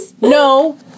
No